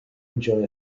enjoy